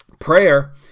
prayer